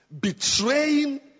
Betraying